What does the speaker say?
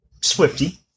swifty